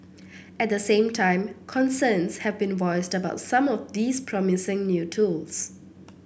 at the same time concerns have been voiced about some of these promising new tools